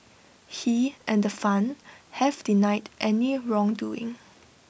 he and the fund have denied any wrongdoing